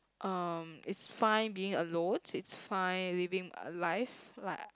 um it's fine being alone it's fine living life like